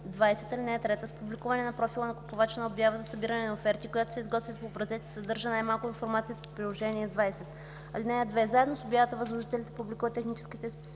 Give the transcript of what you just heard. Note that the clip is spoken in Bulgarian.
20, ал. 3 с публикуване на профила на купувача на обява за събиране на оферти, която се изготвя по образец и съдържа най-малко информацията по Приложение № 20. (2) Заедно с обявата възложителите публикуват техническите спецификации